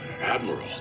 Admiral